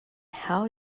how